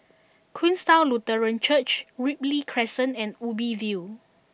Queenstown Lutheran Church Ripley Crescent and Ubi View